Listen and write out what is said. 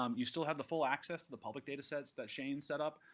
um you still have the full access to the public data sets that shane set up,